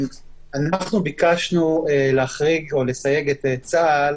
ביקשנו להחריג או לסייג את צה"ל